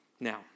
Now